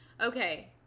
Okay